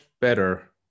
better